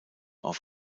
auf